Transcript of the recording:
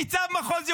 ניצב מחוז ירושלים,